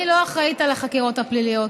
אני לא אחראית על החקירות הפליליות.